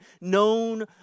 known